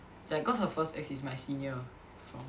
ya cause her first ex is my senior